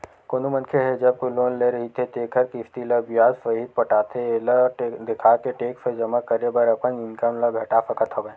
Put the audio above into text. कोनो मनखे ह जब लोन ले रहिथे तेखर किस्ती ल बियाज सहित पटाथे एला देखाके टेक्स जमा करे बर अपन इनकम ल घटा सकत हवय